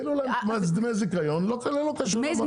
יש להם דמי זיכיון, לא כולל תשלום מס.